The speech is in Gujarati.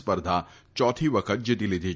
સ્પર્ધા ચોથી વખત જીતી લીધી છે